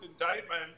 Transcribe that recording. indictment